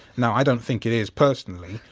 now i don't think it is, personally,